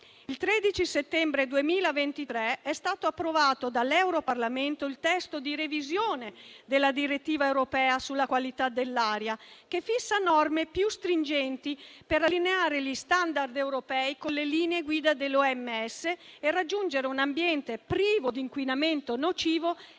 Il 13 settembre 2023 è stato approvato dall'Europarlamento il testo di revisione della direttiva europea sulla qualità dell'aria, che fissa norme più stringenti per allineare gli *standard* europei con le linee guida dell'OMS e raggiungere un ambiente privo di inquinamento nocivo